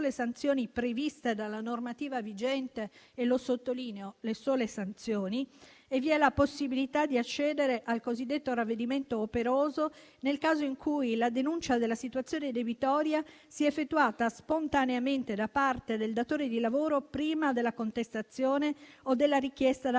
sole sanzioni previste dalla normativa vigente - lo sottolineo - e vi è la possibilità di accedere al cosiddetto ravvedimento operoso, nel caso in cui la denuncia della situazione debitoria sia effettuata spontaneamente da parte del datore di lavoro prima della contestazione o della richiesta da